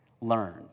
Learned